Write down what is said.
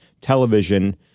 Television